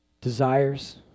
desires